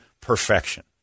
perfection